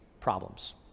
problems